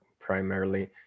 primarily